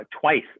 twice